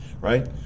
right